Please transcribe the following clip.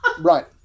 Right